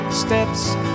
steps